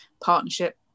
partnership